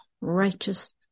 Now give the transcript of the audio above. righteous